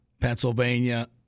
Pennsylvania